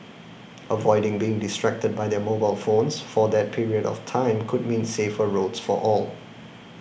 avoiding being distracted by their mobile phones for that period of time could mean safer roads for all